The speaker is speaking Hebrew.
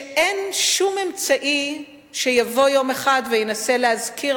שאין שום אמצעי שיבוא יום אחד וינסה להזכיר